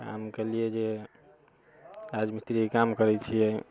कामके लिए जे राजमिस्त्रीके काम करै छियै